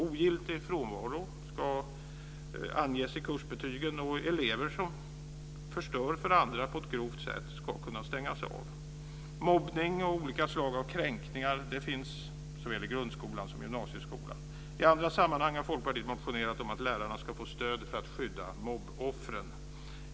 Ogiltig frånvaro ska anges i kursbetygen, och elever som förstör för andra på ett grovt sätt ska kunna stängas av. Mobbning och olika slag av kränkningar finns såväl i grundskolan som i gymnasieskolan. I andra sammanhang har Folkpartiet motionerat om att lärarna ska få stöd för att skydda mobboffren.